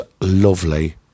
lovely